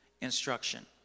instruction